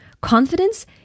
Confidence